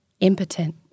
impotent